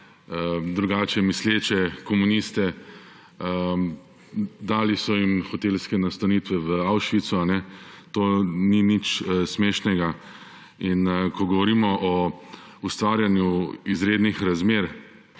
drugače misleče, komuniste. Dali so jim hotelske nastanitve v Auschwitzu, ne? To ni nič smešnega. In ko govorimo o ustvarjanju izrednih razmer